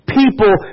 people